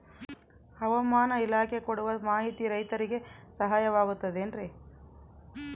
ಹವಮಾನ ಇಲಾಖೆ ಕೊಡುವ ಮಾಹಿತಿ ರೈತರಿಗೆ ಸಹಾಯವಾಗುತ್ತದೆ ಏನ್ರಿ?